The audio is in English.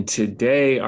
today